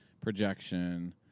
projection